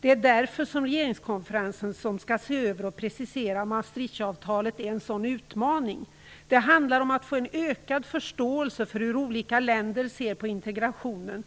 Det är därför som regeringskonferensen som skall se över och precisera Maastrichtavtalet är en sådan utmaning. Det handlar om att få en ökad förståelse för hur olika länder ser på integrationen.